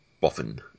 Boffin